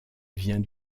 vient